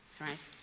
Right